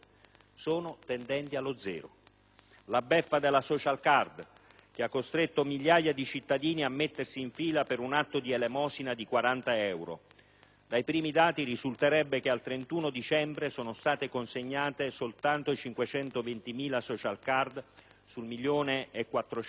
la beffa della *social card* che ha costretto migliaia di cittadini a mettersi in fila per un atto di elemosina di 40 euro. Dai primi dati risulterebbe che al 31 dicembre sono state consegnate soltanto 520.000 *social card* sul 1.400.000 previsto e annunciato.